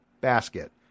basket